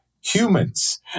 humans